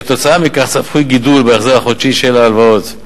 כתוצאה מכך צפוי גידול בהחזר החודשי של ההלוואות,